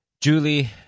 Julie